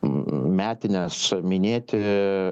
metines minėti